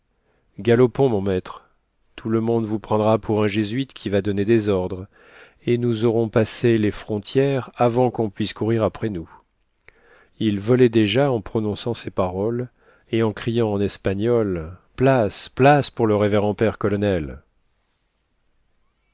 galopons mon maître tout le monde vous prendra pour un jésuite qui va donner des ordres et nous aurons passé les frontières avant qu'on puisse courir après nous il volait déjà en prononçant ces paroles et en criant en espagnol place place pour le révérend père colonel